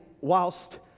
whilst